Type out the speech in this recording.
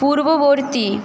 পূর্ববর্তী